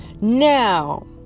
Now